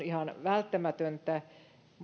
ihan välttämätöntä